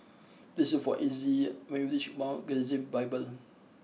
please look for Exie when you reach Mount Gerizim Bible